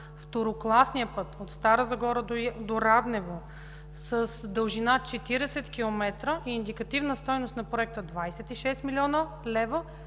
второкласния път от Стара Загора до Раднево с дължина 40 км и индикативна стойност на проекта 26 млн. лв.,